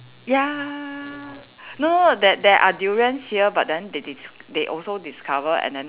ya no that there are durians here but then they dis~ they also discover and then